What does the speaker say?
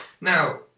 now